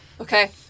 okay